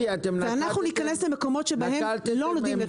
ואנחנו ניכנס למקומות שבהם לא --- אתם משרד